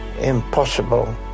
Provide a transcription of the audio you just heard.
impossible